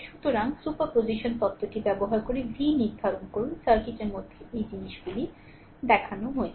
সুতরাং সুপারপজিশন তত্ত্বটি ব্যবহার করে v নির্ধারণ করুন সার্কিটের মধ্যে এই জিনিসগুলি দেখানো হয়েছে